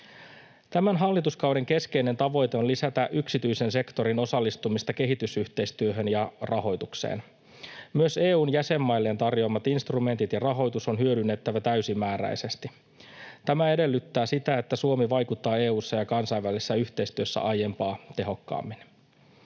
Tämän hallituskauden keskeinen tavoite on lisätä yksityisen sektorin osallistumista kehitysyhteistyöhön ja rahoitukseen. Myös EU:n jäsenmailleen tarjoamat instrumentit ja rahoitus on hyödynnettävä täysimääräisesti. Tämä edellyttää sitä, että Suomi vaikuttaa EU:ssa ja kansainvälisessä yhteistyössä aiempaa tehokkaammin.